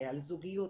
על זוגיות,